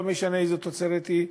לא משנה איזה תוצרת היא,